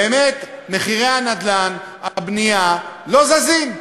באמת מחירי הנדל"ן, הבנייה, לא זזים,